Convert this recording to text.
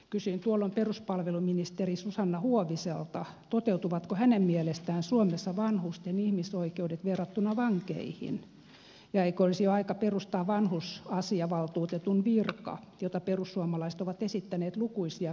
kysyin tuolloin peruspalveluministeri susanna huoviselta toteutuvatko hänen mielestään suomessa vanhusten ihmisoikeudet verrattuna vankeihin ja eikö olisi jo aika perustaa vanhus asiavaltuutetun virka jota perussuomalaiset ovat esittäneet lukuisia kertoja